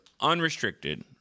unrestricted